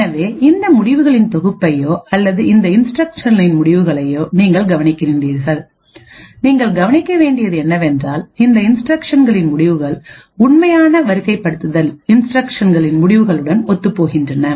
எனவே இந்த முடிவுகளின் தொகுப்பையோ அல்லது இந்த இன்ஸ்டிரக்ஷன்களின் முடிவுகளையோ நீங்கள் கவனிக்கிறீர்கள் நீங்கள் கவனிக்க வேண்டியது என்னவென்றால் இந்த இன்ஸ்டிரக்ஷன்களின் முடிவுகள் உண்மையான வரிசைப்படுத்துதல் இன்ஸ்டிரக்ஷன்களின் முடிவுகளுடன் ஒத்துப்போகின்றன